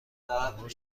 امروز